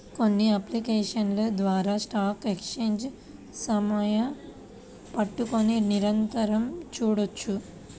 కొన్ని అప్లికేషన్స్ ద్వారా stock exchange సమయ పట్టికని నిరంతరం చూడొచ్చు